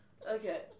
Okay